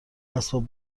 اسباب